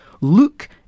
Luke